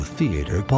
Theater